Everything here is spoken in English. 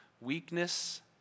Weakness